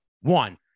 One